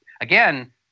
Again